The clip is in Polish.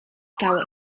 stało